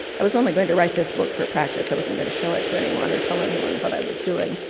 i was only going to write this book for practice, i wasn't going to show it to anyone, or tell anyone what i was doing,